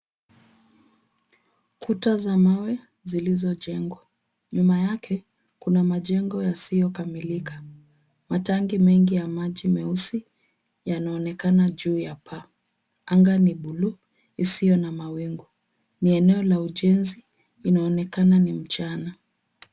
Kuta za mawe zilizojengwa. Nyuma yake kuna majengo yasiyokamilika. Matanki mengi ya rangi nyeusi yanaonekana juu ya paa. Anga ni bluu isiyo na mawingu. Ni eneo la ujenzi inaonekana ni mchana.